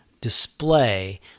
display